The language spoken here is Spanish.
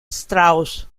strauss